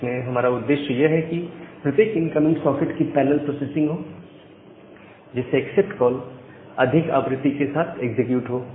इसमें हमारा उद्देश्य यह है कि प्रत्येक इनकमिंग सॉकेट की पैरेलल प्रोसेसिंग हो जिससे एक्सेप्ट कॉल अधिक आवृत्ति के साथ एग्जीक्यूट हो